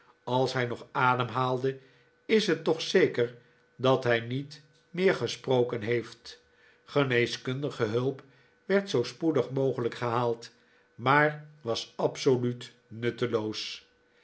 als hij nog ademhaalde is net toch zeker dat hij niet meer gesproken heeft geneeskundige hulp werd zoo spoedig mogelijk gehaald maar was absoluut nutteloos